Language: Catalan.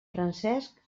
francesc